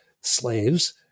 slaves